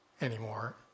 anymore